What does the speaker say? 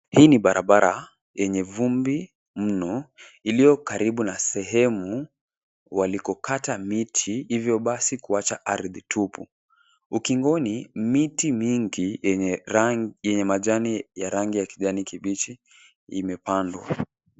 Hii ni barabara yenye vumbi mno iliyo karibu na sehemu walikokata miti hivyo basi kuacha ardhi tupu. Ukingoni miti mingi yenye majani ya rangi ya kijani kibichi imepandwa.